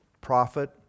prophet